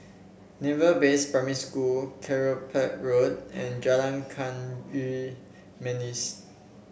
Naval Base Primary School Kelopak Road and Jalan Kayu Manis